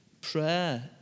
Prayer